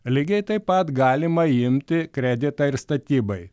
lygiai taip pat galima imti kreditą ir statybai